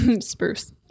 spruce